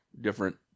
different